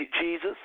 Jesus